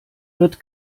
wird